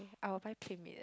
I will buy PlayMade eh